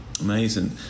Amazing